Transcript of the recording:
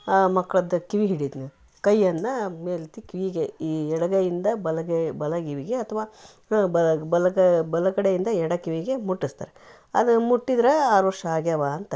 ಆ ಮಕ್ಕಳದ್ದು ಕಿವಿ ಹಿಡಿತಿನಿ ಕೈಯನ್ನ ಮೇಲ್ತಿಕ್ಕಿ ಈಗೆ ಈ ಎಡಗೈಯಿಂದ ಬಲಗೈ ಬಲಗಿವಿಗೆ ಅಥ್ವಾ ಬಲ ಕ ಬಲ ಕಡೆಯಿಂದ ಎಡ ಕಿವಿಗೆ ಮುಟ್ಟುಸ್ತಾರೆ ಅದು ಮುಟ್ಟಿದರೆ ಆರು ವರ್ಷ ಆಗ್ಯವಾ ಅಂತಕ್ಕಂಥದ್ದು